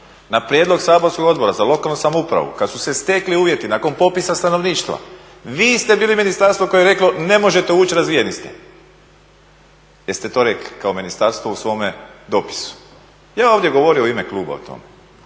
Na prijedlog saborskog Odbora za lokalnu samoupravu kad su se stekli uvjeti nakon popisa stanovništva vi ste bili ministarstvo koje je reklo ne možete ući, razvijeni ste. Jeste to rekli kao ministarstvo u svome dopisu? Ja ovdje govorim u ime kluba o tome.